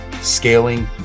scaling